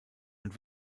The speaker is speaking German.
und